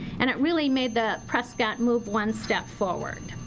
and it really made the prescott move one step forward.